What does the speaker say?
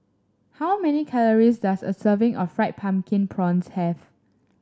how many calories does a serving of Fried Pumpkin Prawns have